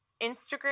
Instagram